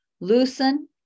Loosen